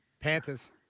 panthers